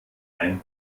ein